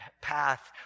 path